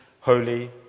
holy